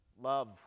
Love